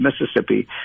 Mississippi